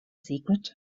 secret